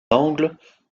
angles